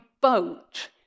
boat